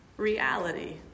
reality